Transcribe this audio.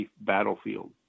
battlefield